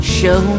show